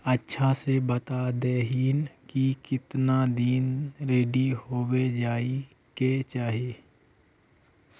अच्छा से बता देतहिन की कीतना दिन रेडी होबे जाय के चही?